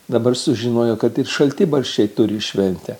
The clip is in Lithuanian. dabar sužinojo kad ir šaltibarščiai turi šventę